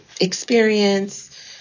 experience